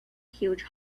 huge